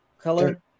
color